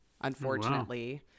unfortunately